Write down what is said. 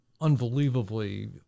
unbelievably